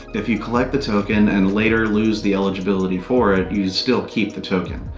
if you collect the token and later lose the eligibility for it, you still keep the token.